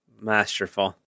Masterful